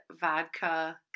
vodka